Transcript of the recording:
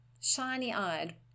shiny-eyed